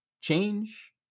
change